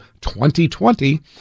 2020